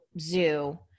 zoo